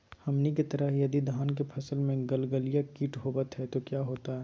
हमनी के तरह यदि धान के फसल में गलगलिया किट होबत है तो क्या होता ह?